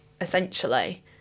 essentially